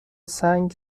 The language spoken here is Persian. سنگ